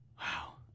wow